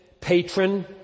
patron